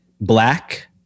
Black